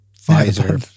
visor